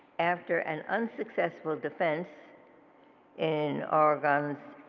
after an unsuccessful defense in oregon's